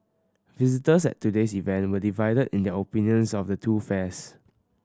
visitors at today's event were divided in their opinions of the two fairs